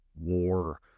war